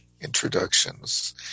introductions